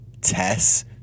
Tess